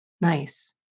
nice